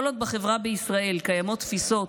כל עוד בחברה בישראל קיימות תפיסות